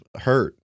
hurt